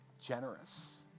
generous